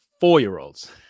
four-year-olds